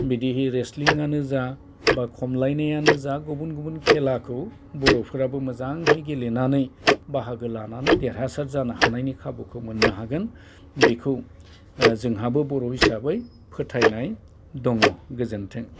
बिदिहै रेसलिं आनो जा खमलायनायानो जा गुबुन गुबुन खेलाखौ बर'फोराबो गेलेनानै बाहागो लानानै देरहासार जानायनि खाबुखौ मोननो हायो बेखौ जोंहाबो बर' हिसाबै फोथायनाय दङ गोजोन्थों